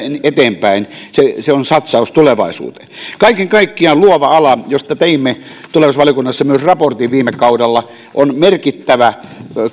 eteenpäin se se on satsaus tulevaisuuteen kaiken kaikkiaan luova ala josta teimme tulevaisuusvaliokunnassa myös raportin viime kaudella on merkittävä